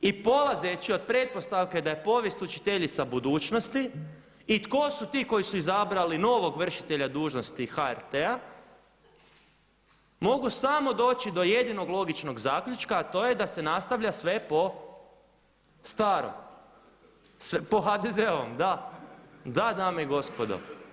I polazeći od pretpostavke da je povijest učiteljica budućnosti i tko su ti koji su izabrali novog vršitelja dužnosti HRT-a mogu samo doći do jedinog logičnog zaključka a to je da se nastavlja sve po starom, …… [[Upadica se ne čuje.]] po HDZ-ovom, da, da dame i gospodo.